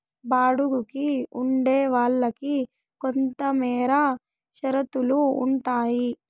బాడుగికి ఉండే వాళ్ళకి కొంతమేర షరతులు ఉంటాయి